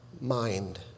mind